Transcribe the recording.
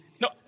no